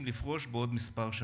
אני אומרת משהו חיובי, למה להפוך את זה